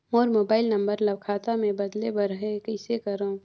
मोर mobile number ल खाता मे बदले बर हे कइसे करव?